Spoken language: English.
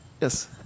Yes